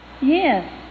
Yes